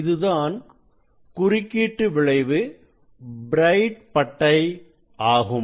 இதுதான் குறுக்கீட்டு விளைவு பிரைட் பட்டை ஆகும்